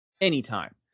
anytime